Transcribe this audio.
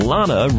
Lana